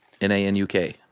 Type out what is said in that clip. N-A-N-U-K